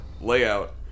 layout